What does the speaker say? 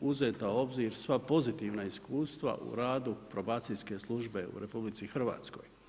uzeta u obzir sva pozitivna iskustva u radu probacijske službe u RH.